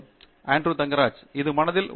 பேராசிரியர் ஆண்ட்ரூ தங்கராஜ் இது மனதில் உள்ளது